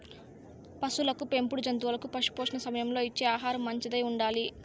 పసులకు పెంపుడు జంతువులకు పశుపోషణ సమయంలో ఇచ్చే ఆహారం మంచిదై ఉండాలి